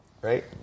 right